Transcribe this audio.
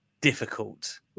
difficult